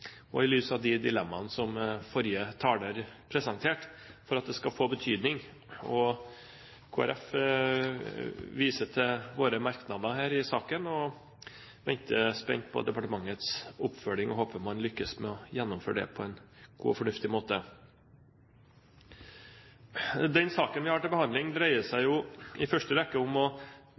og i lys av de dilemmaene som forrige taler presenterte, for at det skal få betydning. Kristelig Folkeparti viser til våre merknader i saken og venter spent på departementets oppfølging, og håper man lykkes med å gjennomføre det på en god og fornuftig måte. Den saken vi har til behandling, dreier seg i første rekke om å